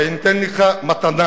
ואני אתן לך מתנה,